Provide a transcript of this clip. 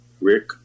Rick